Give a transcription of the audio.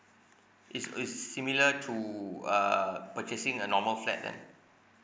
it's it's similar to err purchasing a normal flat then